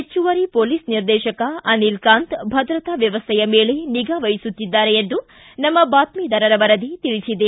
ಹೆಚ್ಚುವರಿ ಪೊಲೀಸ್ ನಿರ್ದೇಶಕ ಅನಿಲ್ ಕಾಂತ್ ಭದ್ರತಾ ವ್ಕವಸ್ಟೆಯ ಮೇಲೆ ನಿಗಾ ವಹಿಸುತ್ತಿದ್ದಾರೆ ಎಂದು ನಮ್ನ ಬಾತ್ಸಿದಾರರ ವರದಿ ತಿಳಿಸಿದೆ